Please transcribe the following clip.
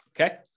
Okay